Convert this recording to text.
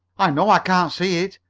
i know i can't see it,